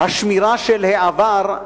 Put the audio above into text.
השמירה של העבר,